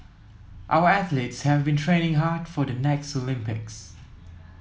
our athletes have been training hard for the next Olympics